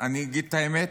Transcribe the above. אני אגיד את האמת,